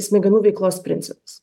smegenų veiklos principus